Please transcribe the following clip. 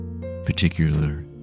particular